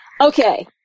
Okay